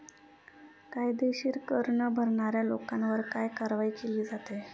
कायदेशीर कर न भरणाऱ्या लोकांवर काय कारवाई केली जाते?